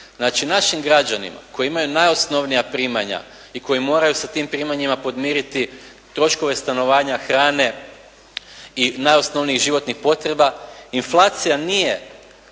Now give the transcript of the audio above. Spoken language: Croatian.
znači našim građanima koji imaju najosnovnija primanja i koji moraju sa tim primanjima podmiriti troškove stanovanja hrane i najosnovnijih životnih potreba inflacija nije